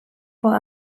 for